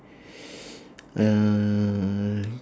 uh